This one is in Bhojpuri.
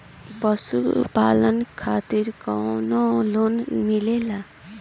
पशु पालन करे खातिर काउनो लोन मिलेला?